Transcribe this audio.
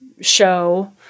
show